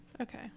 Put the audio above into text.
okay